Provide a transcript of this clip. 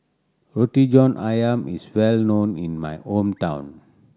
Roti John Ayam is well known in my hometown